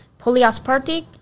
polyaspartic